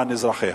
ולמען אזרחיה.